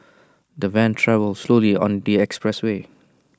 the van travelled slowly on the expressway